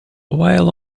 while